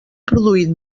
produït